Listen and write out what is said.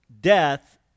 death